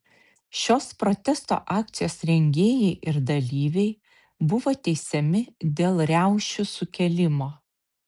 šios protesto akcijos rengėjai ir dalyviai buvo teisiami dėl riaušių sukėlimo